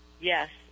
Yes